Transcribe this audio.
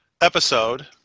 episode